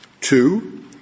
Two